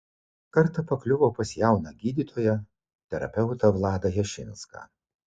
kartą pakliuvo pas jauną gydytoją terapeutą vladą jašinską